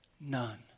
None